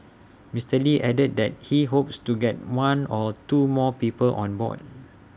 Mister lee added that he hopes to get one or two more people on board